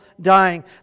dying